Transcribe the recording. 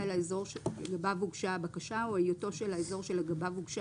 לאזור שלגביו הוגשה הבקשה או היותו של האזור שלגביו הוגשה